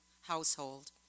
household